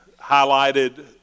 highlighted